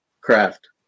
craft